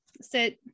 sit